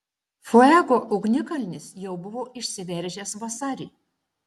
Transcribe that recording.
fuego ugnikalnis jau buvo išsiveržęs vasarį